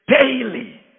daily